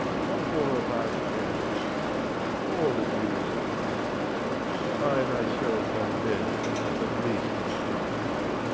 some four or five attend him all, if you will for i myself am best when least in company.